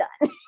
done